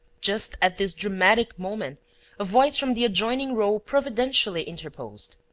just at this dramatic moment a voice from the adjoining row providentially interposed.